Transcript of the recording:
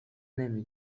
نمی